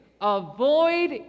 Avoid